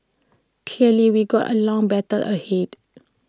clearly we got A long battle ahead